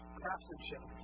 craftsmanship